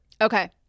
Okay